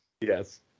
Yes